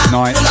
night